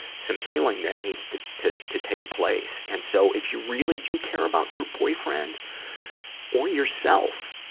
some healing that needs to, to to take place. and so, if you really do care about your boyfriend or yourself,